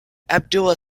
abdullah